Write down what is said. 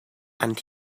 and